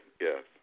Yes